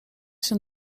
się